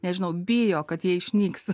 nežinau bijo kad jie išnyks